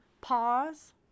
Pause